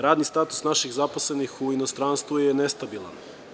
Radni status naših zaposlenih u inostranstvu je nestabilan.